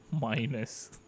Minus